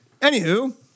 Anywho